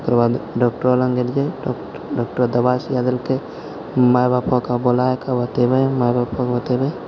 ओकर बाद डॉक्टर लग गेलिए डॉक्टर दवाइ सुइआ देलकै माइ बापके बुलाके बतेबै माइ बापके बतेबै